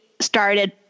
started